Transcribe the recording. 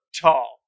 tall